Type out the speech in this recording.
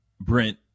brent